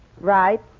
Right